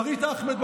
שרית אחמד,